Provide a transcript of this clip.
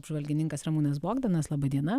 apžvalgininkas ramūnas bogdanas laba diena